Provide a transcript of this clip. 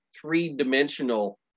three-dimensional